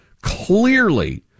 clearly